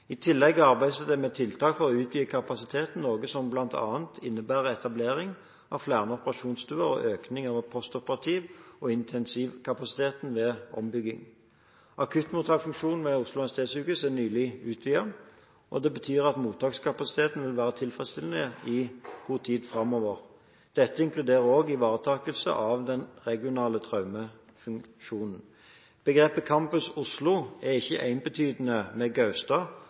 I tillegg arbeides det med tiltak for å utvide kapasiteten, noe som bl.a. innebærer etablering av flere operasjonsstuer og økning av postoperativ- og intensivkapasiteten ved ombygging. Akuttmottaksfunksjonen ved Oslo universitetssykehus er nylig utvidet, og det betyr at mottakskapasiteten vil være tilfredsstillende i god tid framover. Dette inkluderer også ivaretakelse av den regionale traumefunksjonen. Begrepet «Campus Oslo» er ikke ensbetydende med Gaustad,